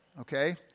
okay